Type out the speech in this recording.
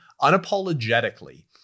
unapologetically